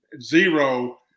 zero –